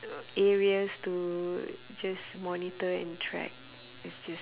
areas to just monitor and track it's just